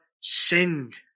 sinned